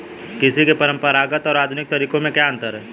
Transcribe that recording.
कृषि के परंपरागत और आधुनिक तरीकों में क्या अंतर है?